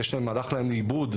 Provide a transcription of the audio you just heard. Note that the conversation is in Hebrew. והלך להם לאיבוד,